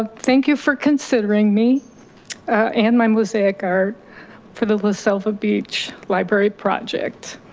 ah thank you for considering me and my mosaic art for the la selva beach library project.